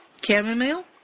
Chamomile